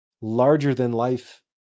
larger-than-life